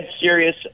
serious